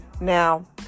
Now